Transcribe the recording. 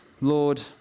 Lord